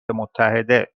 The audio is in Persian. متحده